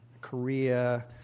Korea